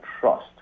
trust